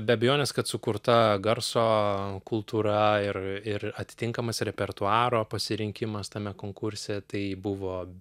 be abejonės kad sukurta garso kultūra ir ir atitinkamas repertuaro pasirinkimas tame konkurse tai buvo